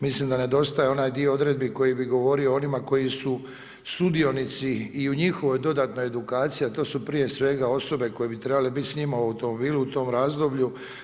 Mislim da nedostaje onaj dio odredbi koji bi govorio onima koji su sudionici i o njihovoj dodatno edukaciji a to su prije svega osobe koje bi trebale biti s njima u automobilu u tom razdoblju.